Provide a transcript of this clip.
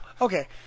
okay